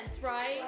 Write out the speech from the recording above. right